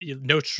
no